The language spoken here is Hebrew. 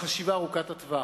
בחשיבה ארוכת הטווח.